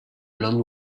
blond